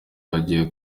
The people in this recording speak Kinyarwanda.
bagiye